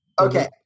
Okay